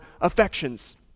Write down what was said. affections